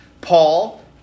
Paul